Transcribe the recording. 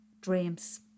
dreams